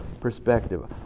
perspective